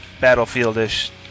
Battlefield-ish